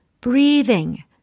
Breathing